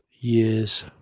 years